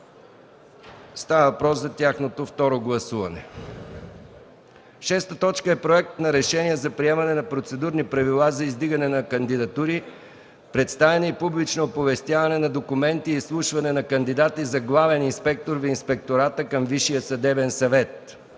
Става въпрос за тяхното второ гласуване. 6. Проект на решение за приемане на процедурни правила за издигане на кандидатури, представяне и публично оповестяване на документи и изслушване на кандидати за главен инспектор в Инспектората към Висшия съдебен съвет